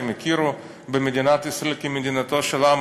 שהם יכירו במדינת ישראל כמדינתו של העם